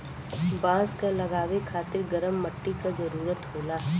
बांस क लगावे खातिर गरम मट्टी क जरूरत होला